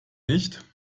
nicht